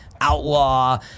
outlaw